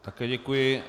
Také děkuji.